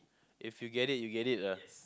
if you get it you get it lah